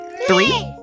Three